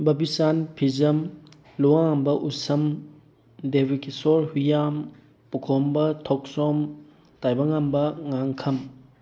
ꯕꯥꯕꯤꯆꯥꯟ ꯐꯤꯖꯝ ꯂꯨꯋꯥꯡꯉꯥꯟꯕ ꯎꯁꯝ ꯗꯦꯕꯀꯤꯁꯣꯔ ꯍꯨꯌꯥꯝ ꯄꯨꯈꯣꯝꯕ ꯊꯣꯛꯆꯣꯝ ꯇꯥꯏꯕꯪꯉꯥꯟꯕ ꯉꯥꯡꯈꯝ